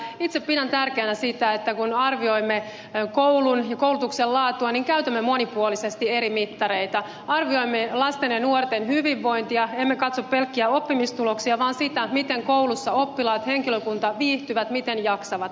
itse pidän tärkeänä sitä että kun arvioimme koulun ja koulutuksen laatua niin käytämme monipuolisesti eri mittareita arvioimme lasten ja nuorten hyvinvointia emme katso pelkkiä oppimistuloksia vaan sitä miten koulussa oppilaat henkilökunta viihtyvät miten jaksavat